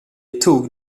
tog